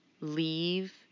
leave